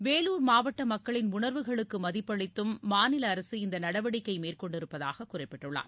வேலூர் மாவட்ட மக்களின் உணர்வுகளுக்கு மதிப்பளித்தும் மாநில அரசு இந்த நடவடிக்கை மேற்கொண்டிருப்பதாக குறிப்பிட்டுள்ளார்